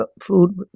Food